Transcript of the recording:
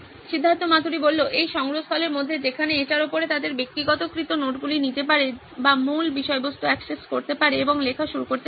সিদ্ধার্থ মাতুরি এই সংগ্রহস্থলের মধ্যে যেখানে এটির উপরে তাদের ব্যক্তিগতকৃত নোটগুলি নিতে পারে বা মূল বিষয়বস্তু অ্যাক্সেস করতে পারে এবং লেখা শুরু করতে পারে